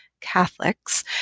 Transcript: Catholics